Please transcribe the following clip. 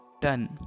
done